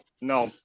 no